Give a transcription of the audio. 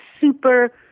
super